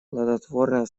плодотворное